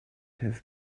have